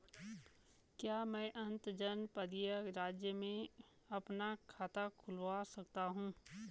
क्या मैं अंतर्जनपदीय राज्य में भी अपना खाता खुलवा सकता हूँ?